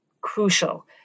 crucial